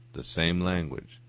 the same language,